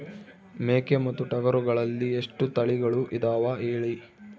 ಮೇಕೆ ಮತ್ತು ಟಗರುಗಳಲ್ಲಿ ಎಷ್ಟು ತಳಿಗಳು ಇದಾವ ಹೇಳಿ?